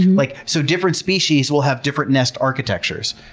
like so different species will have different nest architectures.